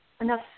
enough